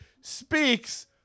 speaks